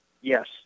Yes